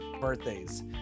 birthdays